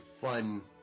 fun